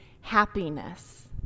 happiness